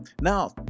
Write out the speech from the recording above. Now